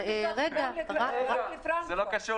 זה קשור